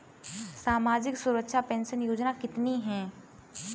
सामाजिक सुरक्षा पेंशन योजना कितनी हैं?